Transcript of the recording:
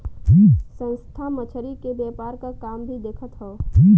संस्था मछरी के व्यापार क काम भी देखत हौ